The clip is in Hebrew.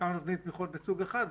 כאן נותנים תמיכות מסוג אחד,